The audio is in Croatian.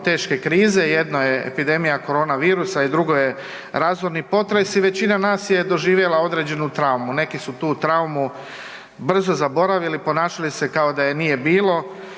teške krize, jedna je epidemija korona virusa i drugo je razorni potres i većina nas je doživjela određenu traumu, neki su tu traumu. Neki su tu traumu brzo zaboravili, ponašali su se kao da je nije bilo,